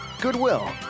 Goodwill